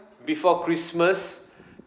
before christmas